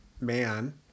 man